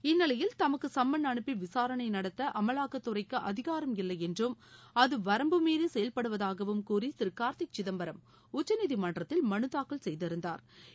இந்நிலையில் தமக்கு சம்மன் அனுப்பி விசாரணை நடத்த அமவாக்கத்துறைக்கு அதிகாரம் இல்லை என்றும் அது வரம்பு மீறி செயல்படுவதாகவும் கூறி திரு கார்த்தி சிதம்பரம் உச்சநீதிமன்றத்தில் மனு தாக்கல் செய்திருந்தாா்